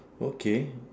okay